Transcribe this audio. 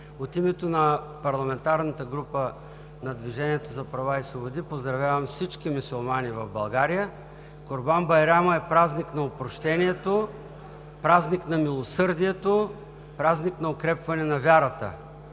От името на парламентарната група на „Движението за права и свободи“ поздравявам всички мюсюлмани в България. Курбан байрам е празник на опрощението, празник на милосърдието, празник на укрепване на вярата